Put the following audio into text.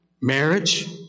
marriage